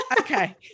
Okay